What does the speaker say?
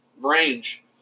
range